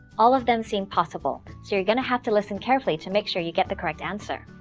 all of them seem possible so you're going to have to listen carefully to make sure you get the correct answer.